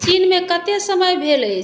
चीनमे कते समय भेल अछि